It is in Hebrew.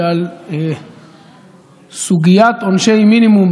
שעל סוגיית עונשי מינימום,